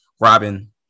Robin